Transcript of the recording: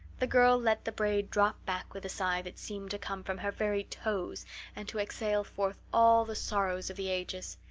the girl let the braid drop back with a sigh that seemed to come from her very toes and to exhale forth all the sorrows of the ages.